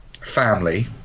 family